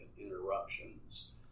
interruptions